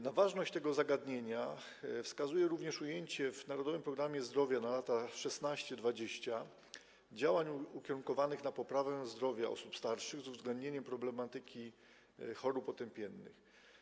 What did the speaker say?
Na ważność tego zagadnienia wskazuje również ujęcie w „Narodowym programie zdrowia na lata 2016-2020” działań ukierunkowanych na poprawę zdrowia osób starszych z uwzględnieniem problematyki chorób otępiennych.